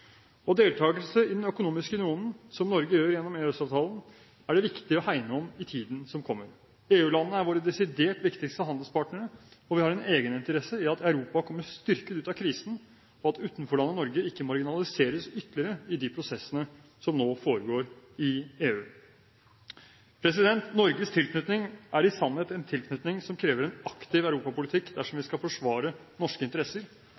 Deltakelse i den økonomiske unionen – som Norge har gjennom EØS-avtalen – er det viktig å hegne om i tiden som kommer. EU-landene er våre desidert viktigste handelspartnere, og vi har en egeninteresse i at Europa kommer styrket ut av krisen, og at utenforlandet Norge ikke marginaliseres ytterligere i de prosessene som nå foregår i EU. Norges tilknytning er i sannhet en tilknytning som krever en aktiv europapolitikk dersom vi skal forsvare norske interesser